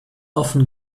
offen